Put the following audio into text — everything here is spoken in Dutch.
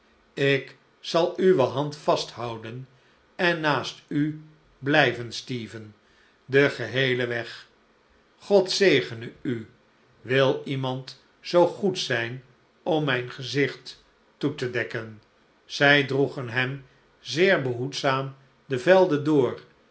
ik zal uwe hand vasthouden en naast u blijven stephen den geheelen weg god zegene u wil iemand zoo goed zijn om mijn gezicht toe te dekken zij droegen hem zeer behoedzaam de velden door